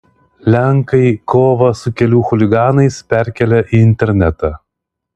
lenkai kovą su kelių chuliganais perkelia į internetą